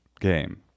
game